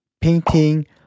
painting